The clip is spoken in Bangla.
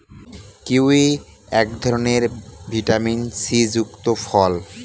কিউই এক ধরনের ভিটামিন সি যুক্ত ফল